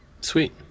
sweet